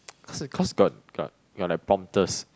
cause cause got got got like prompters